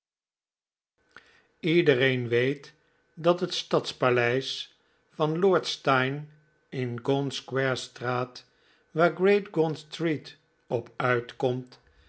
edereen weet dat het stadspaleis van lord steync in gaunt square staat waar great p gaunt street op uitkomt